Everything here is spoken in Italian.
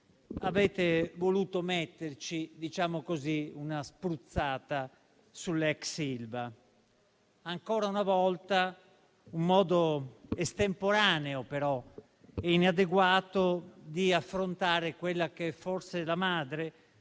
avete voluto metterci - diciamo così - una spruzzata sull'ex Ilva. Ancora una volta un modo estemporaneo e inadeguato di affrontare quella che forse è la madre